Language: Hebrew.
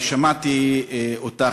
אני שמעתי אותך,